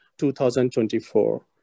2024